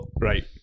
right